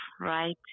right